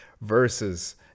versus